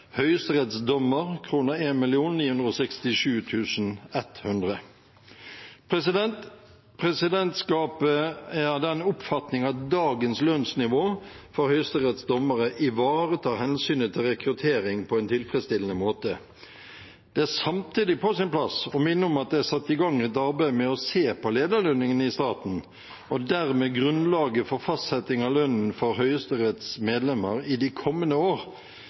Presidentskapet er av den oppfatning at dagens lønnsnivå for Høyesteretts dommere ivaretar hensynet til rekruttering på en tilfredsstillende måte. Det er samtidig på sin plass å minne om at det er satt i gang et arbeid med å se på lederlønningene i staten, og dermed grunnlaget for fastsetting av lønnen for Høyesteretts medlemmer i de kommende